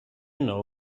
know